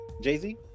Jay-Z